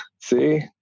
see